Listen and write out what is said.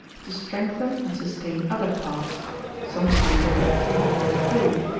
to strengthen and sustain other parts some say there be three hundred and four,